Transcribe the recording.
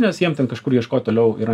nes jiem ten kažkur ieškot toliau yra